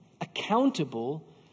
accountable